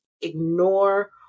Ignore